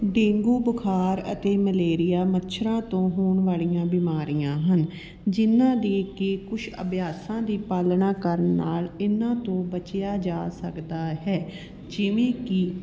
dengue ਬੁਖਾਰ ਅਤੇ malaria ਮੱਛਰਾਂ ਤੋਂ ਹੋਣ ਵਾਲੀਆਂ ਬਿਮਾਰੀਆਂ ਹਨ ਜਿਨ੍ਹਾਂ ਦੀ ਕਿ ਕੁਝ ਅਭਿਆਸਾਂ ਦੀ ਪਾਲਣਾ ਕਰਨ ਨਾਲ਼ ਇਹਨਾਂ ਤੋਂ ਬਚਿਆ ਜਾ ਸਕਦਾ ਹੈ ਜਿਵੇਂ ਕਿ